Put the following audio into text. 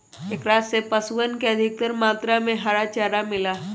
एकरा से पशुअन के अधिकतर मात्रा में हरा चारा मिला हई